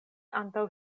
antaŭ